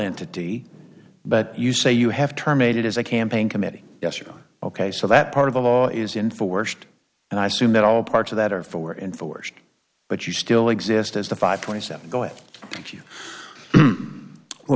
entity but you say you have terminated as a campaign committee yes you ok so that part of the law is enforced and i assume that all parts of that are for enforced but you still exist as the five twenty seven go if you